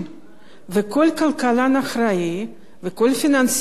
וכל כלכלן אחראי וכל פיננסיסט אחראי,